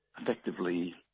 effectively